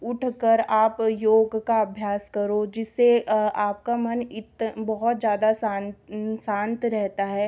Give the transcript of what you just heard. उठ कर आप योग का अभ्यास करो जिससे आपका मन इत बहुत ज़्यादा शांत शांत रहता है